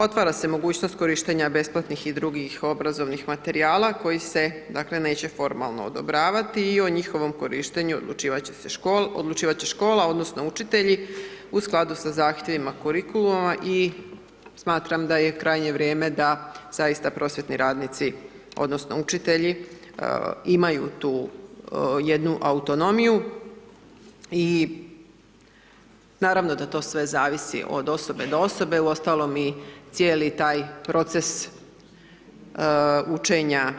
Otvara se mogućnost korištenja besplatnih i drugih obrazovnih materijala koji se dakle neće formalno odobravati i o njihovom korištenju odlučivat će se škola, odlučivat će škola odnosno učitelji u skladu sa zahtjevima kurikuluma i smatram da je krajnje vrijeme da zaista prosvjetni radnici odnosno učitelji imaju tu jednu autonomiju i naravno da sve to zavisi od osobe do osobe uostalom i cijeli taj proces učenja